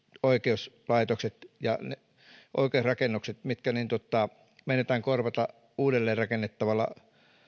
oikeuslaitokset ja oikeusrakennukset mitkä meinataan korvata uudelleen rakennettavalla